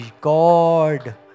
God